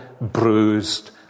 bruised